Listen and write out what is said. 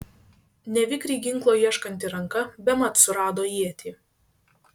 nevikriai ginklo ieškanti ranka bemat surado ietį